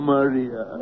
Maria